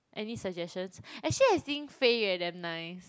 any suggestions actually I think Fei-Yue damn nice